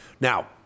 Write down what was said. Now